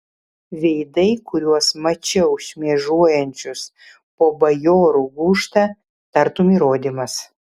veidai kuriuos mačiau šmėžuojančius po bajorų gūžtą tartum įrodymas